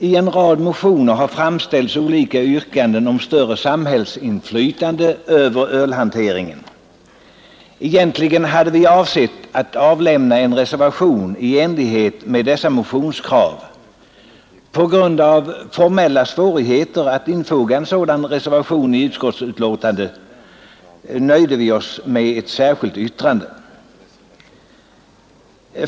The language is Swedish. I en rad motioner har framställts olika yrkanden om större samhällsinflytande över ölhanteringen. Egentligen hade vi avsett att avlämna en reservation i enlighet med dessa motionskrav. På grund av formella svårigheter att infoga en sådan reservation i utskottsbetänkandet nöjde vi oss med ett särskilt yttrande.